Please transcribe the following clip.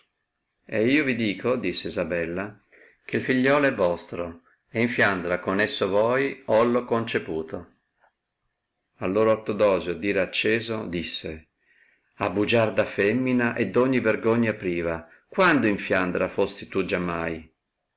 ed io vi dico disse isabella che figliuolo è vostro e in fiandra con esso voi houo conceputo allora ortodosio d ira acceso disse ah bugiarda femina e d ogni vergogna priva quando in fiandra fosti tu giamai